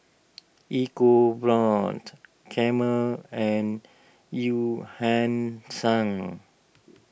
EcoBrown's Camel and Eu Yan Sang